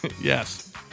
Yes